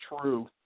true